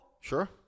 Sure